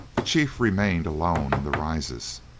the chief remained alone in the rises,